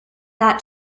that